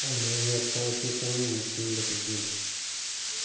ꯑꯥꯂꯨ ꯃꯦꯠꯄ ꯑꯁꯤ ꯀꯔꯝꯅ ꯁꯦꯝꯒꯗꯒꯦ